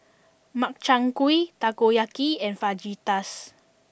Makchang gui Takoyaki and Fajitas